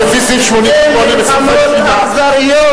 שתי מלחמות אכזריות.